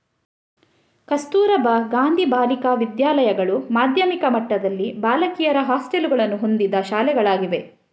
ಕಸ್ತೂರಬಾ ಗಾಂಧಿ ಬಾಲಿಕಾ ವಿದ್ಯಾಲಯಗಳು ಮಾಧ್ಯಮಿಕ ಮಟ್ಟದಲ್ಲಿ ಬಾಲಕಿಯರ ಹಾಸ್ಟೆಲುಗಳನ್ನು ಹೊಂದಿದ ಶಾಲೆಗಳಾಗಿವೆ